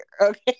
Okay